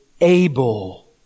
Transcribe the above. able